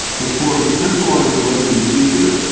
but for a decentralized web in the future,